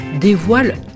dévoile